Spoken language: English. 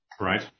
Right